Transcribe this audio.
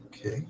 Okay